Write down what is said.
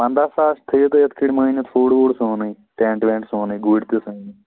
پنٛداہ ساس تھٲیِو تۄہہِ یِتھ کٔٹھۍ مٲنِتھ فُڈ وُڈ سونٕے ٹٮ۪نٛٹ وٮ۪ںٛٹ سونٕے گُرۍ تہِ سٲنی